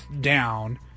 down